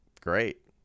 great